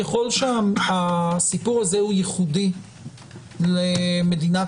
ככל שהסיפור הזה הוא ייחודי למדינת